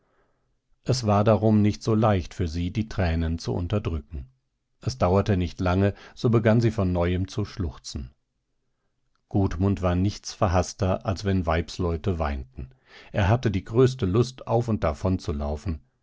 es war darum nicht so leicht für sie die tränen zu unterdrücken es dauerte nicht lange so begann sie von neuem zu schluchzen gudmund war nichts verhaßter als wenn weibsleute weinten er hatte die größte lust auf und davon zu laufen